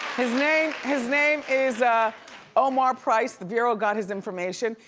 his name his name is omar price, the bureau got his information.